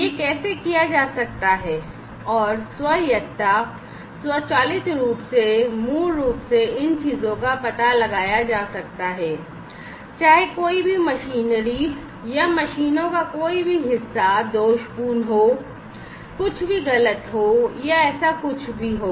यह कैसे किया जा सकता है और स्वायत्तता स्वचालित रूप से मूल रूप से इन चीजों का पता लगाया जा सकता है चाहे कोई भी मशीनरी या मशीनों का कोई भी हिस्सा दोषपूर्ण हो या कुछ भी गलत हो या ऐसा कुछ भी हो